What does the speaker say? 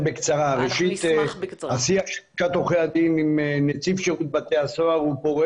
השיח של לשכת עורכי הדין עם נציב שירות בתי הסוהר הוא פורה